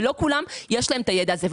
לא לכולם יש הידע הזה.